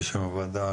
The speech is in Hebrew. בשם הוועדה,